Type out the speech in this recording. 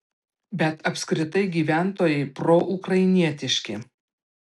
bet apskritai gyventojai proukrainietiški